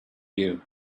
you